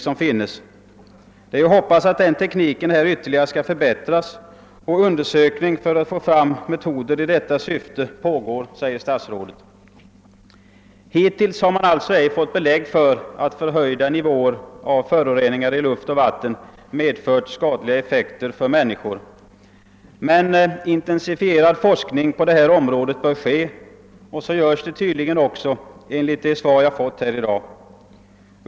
Vi får därför bara hoppas att tekniken ytterligare förbättras; undersökningar för att få fram metoder i detta syfte pågår också enligt statsrådet. Hittills har man alltså inte fått belägg för att förhöjda nivåer av föroreningar i luft och vatten har medfört skadliga effekter för människor. Forskningen på detta område bör emellertid intensifieras, och detta sker tydligen också enligt det svar som jag har fått i dag.